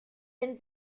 den